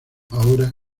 ahora